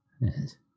Yes